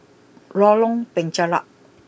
Lorong Penchalak